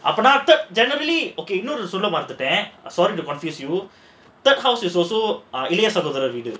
அபோனா தான்:apponaa thaan generally okay இன்னொன்னு சொல்ல மறந்துட்டேன்:innonnu solla maranthuttaen to confuse you third house was also இளைய சகோதரர் வீடு:ilaiya sagotharar veedu